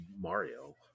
mario